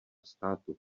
státu